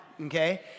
okay